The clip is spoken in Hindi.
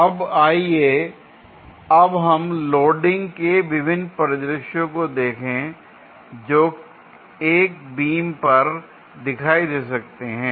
अब आइए अब हम लोडिंग के विभिन्न परिदृश्यों को देखें जो एक बीम पर दिखाई दे सकते हैं